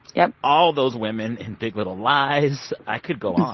yeah all those women in big little lies, i could go on.